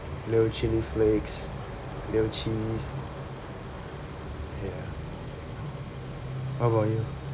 little chili flakes little cheese yeah what about you